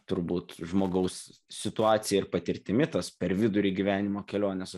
turbūt žmogaus situacija ir patirtimi tas per vidurį gyvenimo kelionės